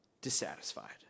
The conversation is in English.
dissatisfied